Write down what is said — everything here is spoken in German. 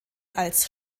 als